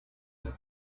them